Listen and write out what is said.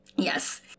Yes